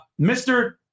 Mr